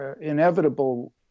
inevitable